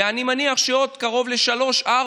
ואני מניח שעוד קרוב ל-3,000,